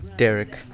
derek